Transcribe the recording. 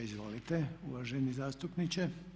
Izvolite uvaženi zastupniče.